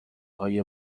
های